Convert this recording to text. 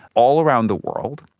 all around the world,